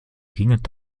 dringend